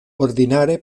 ordinare